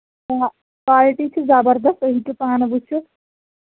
اَوا کالٹی چھِ زَبردس تُہۍ ہیٚکِو پانہٕ وٕچھِتھ